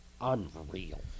unreal